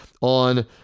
on